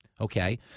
Okay